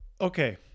okay